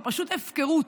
פשוט הפקרות.